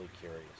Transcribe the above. curious